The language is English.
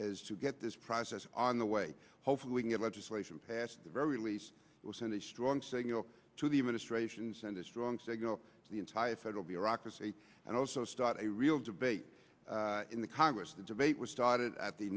es to get this process on the way hopefully get legislation passed the very least will send a strong signal to the administration send a strong signal to the entire federal bureaucracy and also start a real debate in the congress the debate was started at the